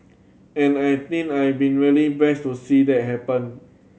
and I think I've been really blessed to see that happen